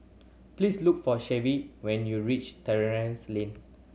please look for Shay when you reach Terrasse Lane